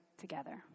together